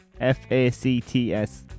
F-A-C-T-S